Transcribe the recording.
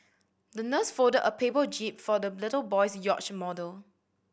the nurse folded a paper jib for the little boy's yacht model